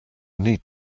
need